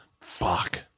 Fuck